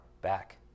back